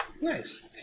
Nice